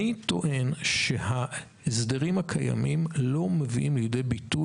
אני טוען שההסדרים הקיימים לא מביאים לידי ביטוי